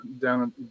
down